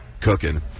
cooking